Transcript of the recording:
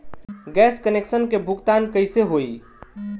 Gas connection के भुगतान कैसे होइ?